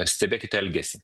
stebėkit elgesį